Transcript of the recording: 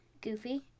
Goofy